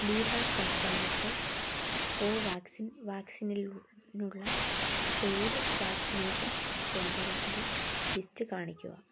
ബീഹാർ സംസ്ഥാനത്ത് കോവാക്സിൻ വാക്സിനിനുള്ള paid vaccination സെൻറ്ററിൻ്റെ ലിസ്റ്റ് കാണിക്കുക